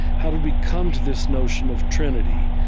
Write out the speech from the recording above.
how did we come to this notion of trinity?